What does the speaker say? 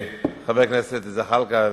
חבר הכנסת זחאלקה,